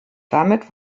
damit